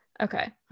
Okay